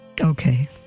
Okay